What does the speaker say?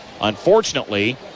unfortunately